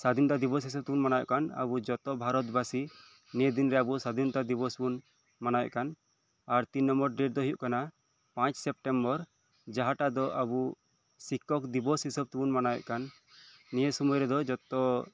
ᱥᱟᱫᱷᱤᱱᱚᱛᱟ ᱫᱤᱵᱚᱥ ᱦᱤᱥᱟᱹᱵᱽ ᱛᱮᱵᱚᱱ ᱢᱟᱱᱟᱣᱮᱫ ᱠᱟᱱ ᱟᱵᱚ ᱡᱚᱛᱚ ᱵᱷᱟᱨᱚᱛ ᱵᱟᱥᱤ ᱱᱤᱭᱟᱹ ᱫᱤᱱ ᱨᱮ ᱥᱟᱫᱷᱤᱱᱚᱛᱟ ᱫᱤᱵᱚᱥ ᱵᱚᱱ ᱢᱟᱱᱟᱣᱮᱜ ᱠᱟᱱ ᱟᱨ ᱛᱤᱱ ᱱᱚᱢᱵᱚᱨ ᱰᱮᱴ ᱫᱚ ᱦᱩᱭᱩᱜ ᱠᱟᱱᱟ ᱯᱟᱸᱪ ᱥᱮᱯᱴᱮᱢᱵᱚᱨ ᱡᱟᱦᱟᱸᱴᱟᱜ ᱫᱚ ᱟᱵᱚ ᱥᱤᱠᱠᱷᱚᱠ ᱫᱤᱵᱚᱥ ᱦᱤᱥᱟᱹᱵᱽ ᱛᱮᱵᱚᱱ ᱢᱟᱱᱟᱣᱮᱜ ᱠᱟᱱ ᱱᱤᱭᱟᱹ ᱥᱩᱢᱟᱹᱭ ᱨᱮᱫᱚ ᱡᱚᱛᱚ